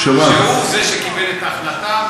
הוא זה שקיבל את ההחלטה,